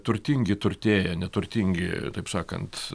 turtingi turtėja neturtingi taip sakant